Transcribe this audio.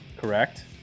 Correct